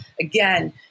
again